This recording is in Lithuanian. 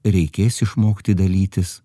reikės išmokti dalytis